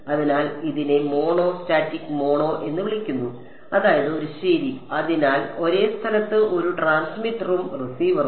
അതിനാൽ ഇതിനെ monostatic mono എന്ന് വിളിക്കുന്നു അതായത് ഒരു ശരി അതിനാൽ ഒരേ സ്ഥലത്ത് ഒരു ട്രാൻസ്മിറ്ററും റിസീവറും